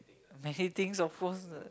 many things of course